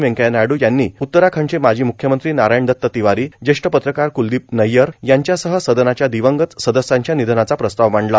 व्यंकय्या नायडू यांनी उत्तराखंडचे माजी म्ख्यमंत्री नारायण दत्त तिवारी ज्येष्ठ पत्रकार क्लदीप नय्यर यांच्यासह सदनाच्या दिवंगत सदस्यांच्या निधनाचा प्रस्ताव मांडला